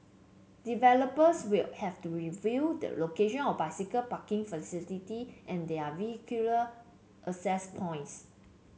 developers will have to review the locations of bicycle parking facilities and their vehicular access points